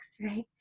right